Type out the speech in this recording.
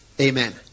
Amen